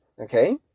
Okay